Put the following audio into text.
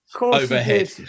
overhead